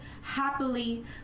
happily